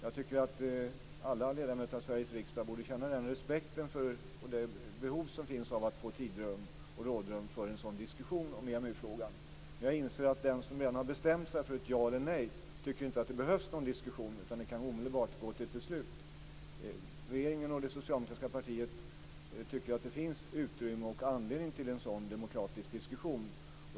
Jag tycker att alla ledamöter av Sveriges riksdag borde känna den respekten för det behov av tidsrum och rådrum som finns för en diskussion om Jag inser att den som redan har bestämt sig för ett ja eller ett nej inte tycker att det behövs någon diskussion, utan att vi omedelbart kan gå till beslut. Men regeringen och det socialdemokratiska partiet tycker att det finns utrymme för och anledning till en sådan demokratisk diskussion.